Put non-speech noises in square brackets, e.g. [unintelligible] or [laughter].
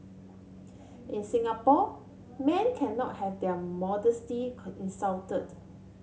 in Singapore men cannot have their modesty [unintelligible] insulted